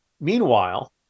Meanwhile